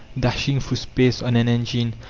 dashing through space on an engine,